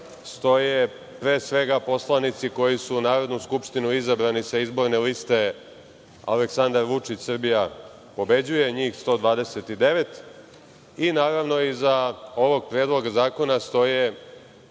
stoje, pre svega poslanici koji su u Narodnu skupštinu izabrani sa izborne liste Aleksandar Vučić – Srbija pobeđuje, njih 129, i naravno iza ovog Predloga zakona stoje